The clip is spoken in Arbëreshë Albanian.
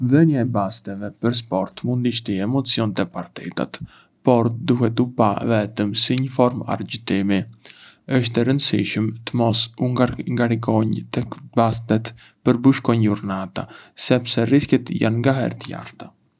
Vënia e basteve për sport mund t’i shtojë emocion te partitat, por duhet u pa vetëm si një formë argëtimi. ësht e rëndësishme të mos u ngarikonj tek bastet për bushkônj jurnata, sepse rreziqet janë ngaherë të larta.